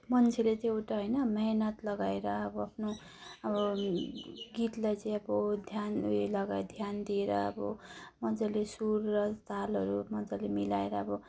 मान्छेले त्यो उता होइन मिहिनेत लगाएर अब आफ्नो अब गीतलाई चाहिँ अब ध्यान उयो लगाएर ध्यान दिएर अब मजाले सुर र तालहरू मजाले मिलाएर अब